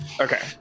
Okay